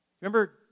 Remember